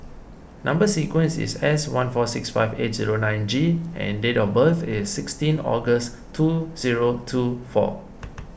Number Sequence is S one four six five eight zero nine G and date of birth is sixteen August two zero two four